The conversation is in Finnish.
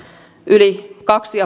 yli kaksi